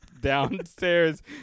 downstairs